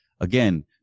Again